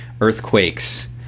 earthquakes